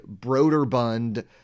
Broderbund